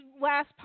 last